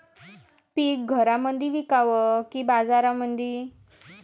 पीक घरामंदी विकावं की बाजारामंदी?